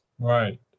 Right